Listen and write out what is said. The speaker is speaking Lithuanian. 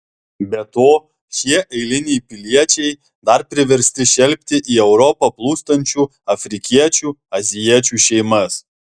be to šie eiliniai piliečiai dar priversti šelpti į europą plūstančių afrikiečių azijiečių šeimas